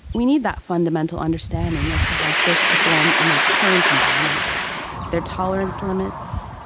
we need that fundamental understanding as to how fish perform in their current environments their tolerance limits,